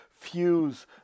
fuse